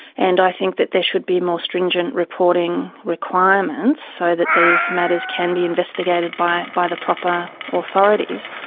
and i think that there should be more stringent reporting requirements so that these matters can be investigated by by the proper authorities.